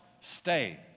stay